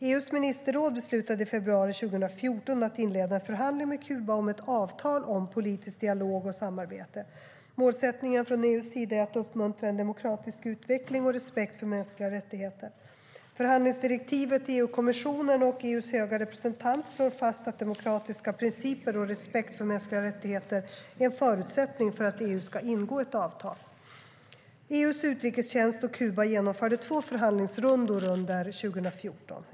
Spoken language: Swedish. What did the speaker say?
EU:s ministerråd beslutade i februari 2014 att inleda en förhandling med Kuba om ett avtal om politisk dialog och samarbete. Målsättningen från EU:s sida är att uppmuntra en demokratisk utveckling och respekt för mänskliga rättigheter. Förhandlingsdirektivet till EU-kommissionen och EU:s höga representant slår fast att demokratiska principer och respekt för mänskliga rättigheter är en förutsättning för att EU ska ingå ett avtal. EU:s utrikestjänst och Kuba genomförde två förhandlingsrundor under 2014.